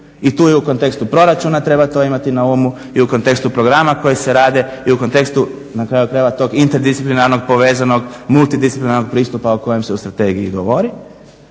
I tu i u kontekstu proračuna treba to imati na umu i u kontekstu programa koji se rade, i u kontekstu na kraju krajeva tog interdisciplinarnog povezanog, multidisciplinarnog pristupa o kojem se u strategiji govori.